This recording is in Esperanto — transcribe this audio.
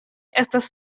estas